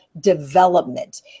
development